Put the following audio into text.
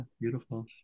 beautiful